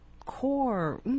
core